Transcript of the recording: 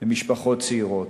למשפחות צעירות.